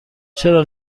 چرا